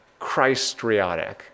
Christriotic